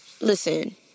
Listen